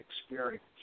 experience